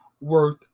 worth